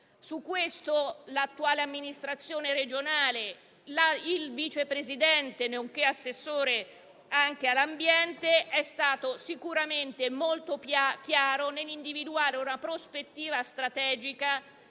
a nome dell'attuale amministrazione regionale, il vice presidente nonché assessore all'ambiente sono stati sicuramente molto chiari nell'individuare una prospettiva strategica